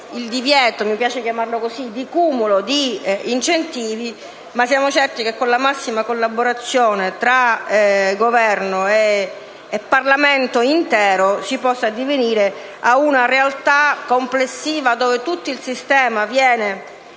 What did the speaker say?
il divieto - mi piace chiamarlo così - di cumulo di incentivi non è esaustiva, ma siamo certi che con la massima collaborazione tra Governo e Parlamento intero si possa addivenire a una realtà complessiva dove tutto il sistema viene